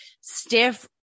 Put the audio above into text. stiff